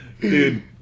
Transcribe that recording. Dude